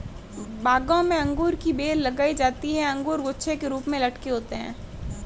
बागों में अंगूर की बेल लगाई जाती है अंगूर गुच्छे के रूप में लटके होते हैं